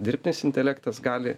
dirbtinis intelektas gali